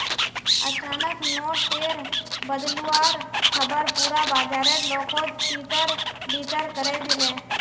अचानक नोट टेर बदलुवार ख़बर पुरा बाजारेर लोकोत तितर बितर करे दिलए